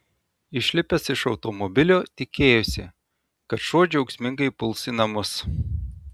išlipęs iš automobilio tikėjosi kad šuo džiaugsmingai puls į namus